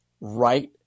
right